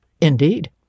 Indeed